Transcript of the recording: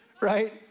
right